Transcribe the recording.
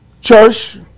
church